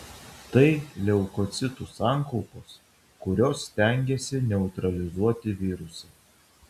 tai leukocitų sankaupos kurios stengiasi neutralizuoti virusą